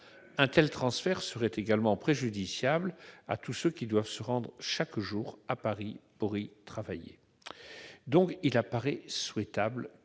Un tel transfert serait également préjudiciable à tous ceux qui doivent se rendre, chaque jour, à Paris pour y travailler. Il apparaît donc souhaitable que